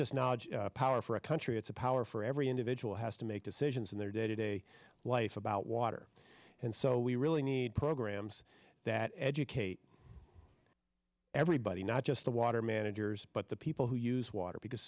just knowledge power for a country it's a power for every individual has to make decisions in their day to day life about water and so we really need programs that educate everybody not just the water managers but the people who use water because